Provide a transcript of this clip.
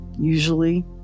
usually